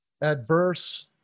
adverse